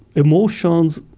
emotions,